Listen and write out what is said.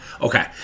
okay